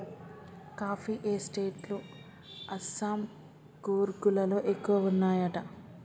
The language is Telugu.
కాఫీ ఎస్టేట్ లు అస్సాం, కూర్గ్ లలో ఎక్కువ వున్నాయట